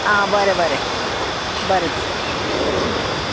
आं बरें बरें बरें तर आं